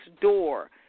door